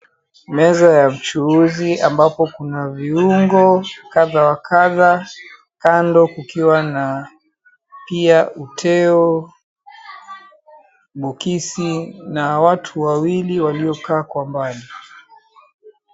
Meza ya mchuuzi ambapo kuna viungo kadha wa kadha kando kukiwa na pia uteo, mukisi na watu wawili waliokaa kwa mbali.